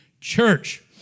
church